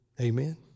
Amen